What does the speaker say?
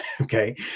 Okay